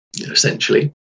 essentially